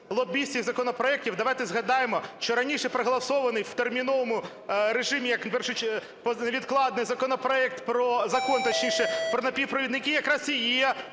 лобістських законопроектів, давайте згадаємо, що раніше проголосований в терміновому режимі як невідкладний законопроект про, Закон, точніше, про напівпровідники, якраз і є